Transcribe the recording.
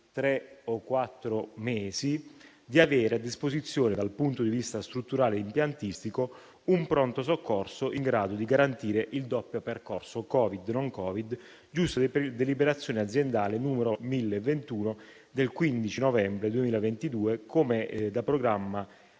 tre o quattro mesi, di avere a disposizione dal punto di vista strutturale-impiantistico un pronto soccorso in grado di garantire il doppio percorso Covid-non Covid, giusta deliberazione aziendale n. 1021 del 15 novembre 2022, come programmata